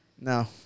No